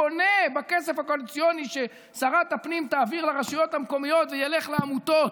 קונה בכסף הקואליציוני ששרת הפנים תעביר לרשויות המקומיות וילך לעמותות,